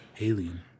Alien